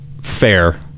fair